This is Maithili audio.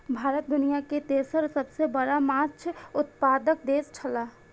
भारत दुनिया के तेसर सबसे बड़ा माछ उत्पादक देश छला